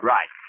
Right